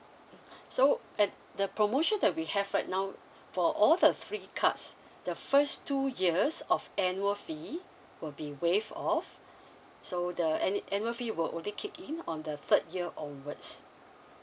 so and the promotion that we have right now for all the three cards the first two years of annual fee will be waived off so the a~ annual fee will only kick in on the third year onwards